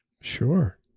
Sure